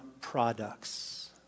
products